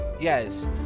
Yes